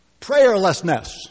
prayerlessness